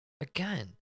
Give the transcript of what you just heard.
again